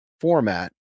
format